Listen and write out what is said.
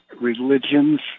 religions